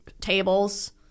tables